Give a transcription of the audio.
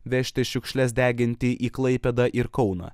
vežti šiukšles deginti į klaipėdą ir kauną